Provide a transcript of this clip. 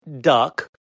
duck